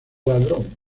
ladrón